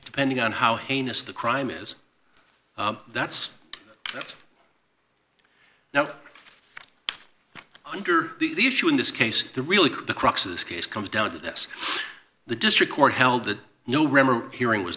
depending on how heinous the crime is that's that's now under these two in this case the really the crux of this case comes down to this the district court held that no remedy hearing was